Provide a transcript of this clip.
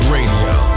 Radio